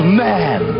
man